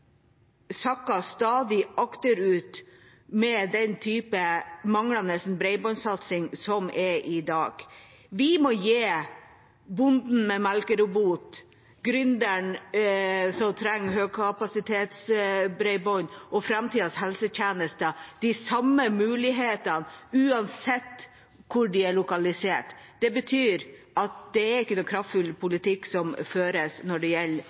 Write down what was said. stadig akterut med den manglende bredbåndsatsingen som er i dag. Vi må gi bonden med melkerobot, gründeren som trenger høykapasitetsbredbånd, og framtidas helsetjeneste de samme mulighetene uansett hvor de er lokalisert. Det betyr at det ikke føres noen kraftfull politikk når det gjelder bredbånd, og det